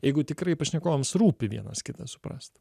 jeigu tikrai pašnekovams rūpi vienas kitą suprast